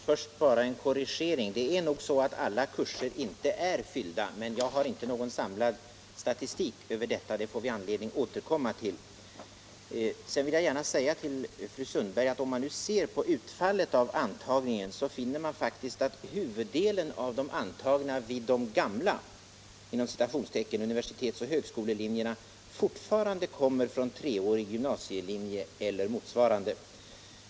Herr talman! Först bara en korrigering: Det är nog så att alla kurser inte är fyllda. Men jag har inte någon samlad statistik över det, utan vi får anledning att återkomma till frågan. Sedan vill jag gärna säga till fru Sundberg att om man ser på utfallet av antagningen finner man faktiskt att huvuddelen av de antagna vid de ”gamla” universitetsoch högskolelinjerna fortfarande kommer från treårig gymnasielinje eller motsvarande.